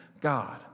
God